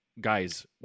Guys